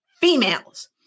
Females